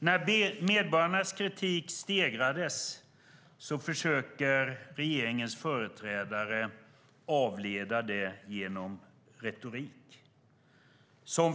När medborgarnas kritik stegras försöker regeringens företrädare avleda det genom retorik.